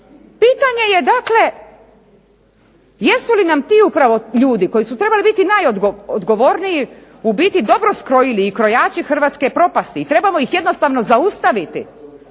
Pitanje je dakle jesu li nam ti upravo ljudi koji su trebali biti najodgovorniji u biti dobro skrojili i krojači hrvatske propasti i trebamo ih jednostavno zaustaviti,